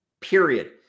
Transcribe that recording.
period